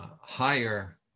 higher